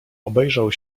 obejrzał